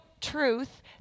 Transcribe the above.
truth